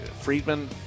Friedman